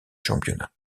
championnat